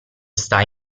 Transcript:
sta